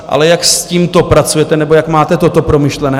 Ale jak s tímto pracujete nebo jak máte toto promyšlené?